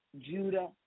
Judah